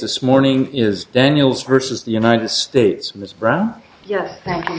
this morning is daniels versus the united states ms brown yes thank you